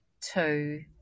Two